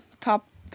top